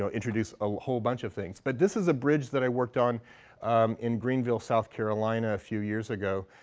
so introduce a whole bunch of things. but this is a bridge that i worked on in greenville, south carolina, a few years ago.